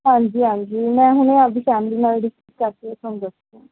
ਹਾਂਜੀ ਹਾਂਜੀ ਮੈਂ ਹੁਣੇ ਆਪਦੀ ਫੈਮਲੀ ਨਾਲ ਡਿਸਕਸ ਕਰਕੇ ਤੁਹਾਨੂੰ ਦੱਸਦੀ ਹਾਂ